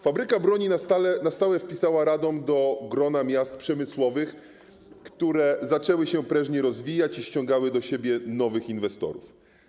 Fabryka broni na stałe wpisała Radom do grona miast przemysłowych, które zaczęły się prężnie rozwijać i ściągały do siebie nowych inwestorów.